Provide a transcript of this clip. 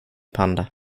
panda